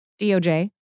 DOJ